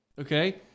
okay